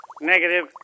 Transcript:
Negative